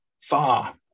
far